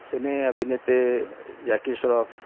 सिने अभिनेते जॅकी श्रॉफ